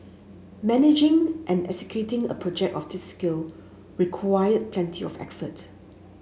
managing and executing a project of this scale required plenty of